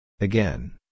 Again